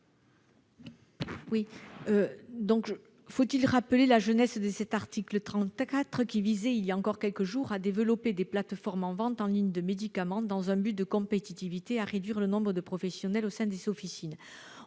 rectifié. Faut-il rappeler la genèse de l'article 34, qui visait, il y a encore quelques jours, à développer des plateformes de vente en ligne de médicaments et, dans un but de compétitivité, à réduire le nombre de professionnels au sein des officines ?